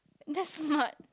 that's smart